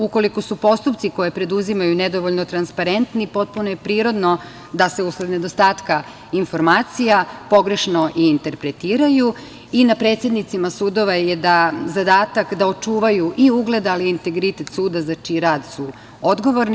Ukoliko su postupci koje preduzimaju nedovoljno transparentni potpuno je prirodno da se usled nedostatka informacija pogrešno i interpretiraju i na predsednicima sudova je zadatak da očuvaju i ugled, ali i integritet suda za čiji su rad odgovorni.